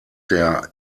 der